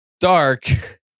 dark